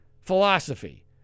philosophy